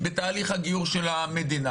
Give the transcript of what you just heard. בבקשה.